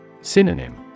Synonym